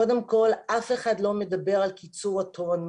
קודם כל, אף אחד לא מדבר על קיצור התורנות.